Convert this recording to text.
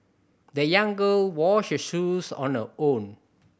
the young girl washed her shoes on her own